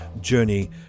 journey